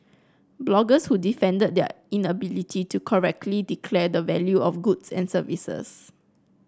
bloggers who defended their inability to correctly declare the value of goods and services